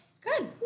Good